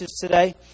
today